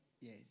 yes